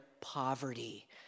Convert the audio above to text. poverty